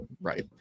Right